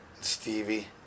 Stevie